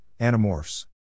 Animorphs